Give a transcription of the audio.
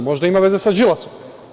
Možda ima veze sa Đilasom?